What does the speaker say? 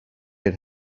that